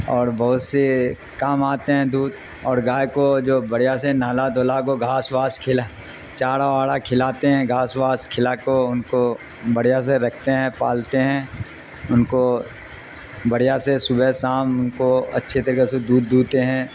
اور بہت سےی کام آتے ہیں دودھ اور گائے کو جو بڑھیا سے نہالا دھلہ کو گھاس واس کھلا چارہ واڑا کھلاتے ہیں گھاس واس کھلا کو ان کو بڑھیا سے رکھتے ہیں پالتے ہیں ان کو بڑھیا سے صبح سام ان کو اچھی طگہ سے دودھ دھتے ہیں